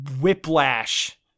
whiplash